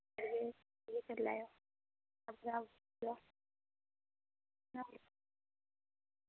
एह् कर लैयो अपना पूरा